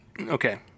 Okay